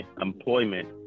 employment